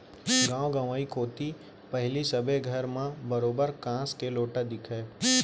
गॉंव गंवई कोती पहिली सबे घर म बरोबर कांस के लोटा दिखय